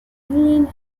england